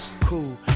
cool